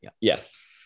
Yes